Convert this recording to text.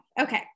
Okay